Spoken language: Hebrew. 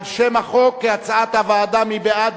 על שם החוק, כהצעת הוועדה, מי בעד?